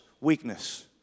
weakness